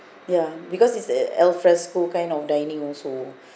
ya because it's the alfresco kind of dining also